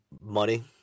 money